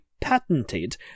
patented